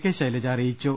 K Shailaja അറിയിച്ചു